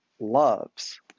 loves